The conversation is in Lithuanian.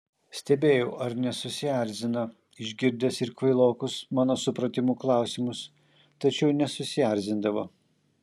stebėjau ar nesusierzina išgirdęs ir kvailokus mano supratimu klausimus tačiau nesusierzindavo